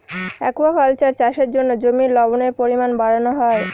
aquaculture চাষের জন্য জমির লবণের পরিমান বাড়ানো হয়